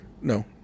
No